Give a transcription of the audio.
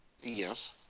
Yes